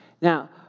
Now